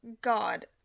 God